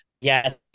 Yes